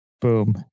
Boom